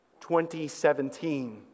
2017